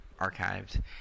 archived